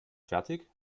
fertig